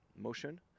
motion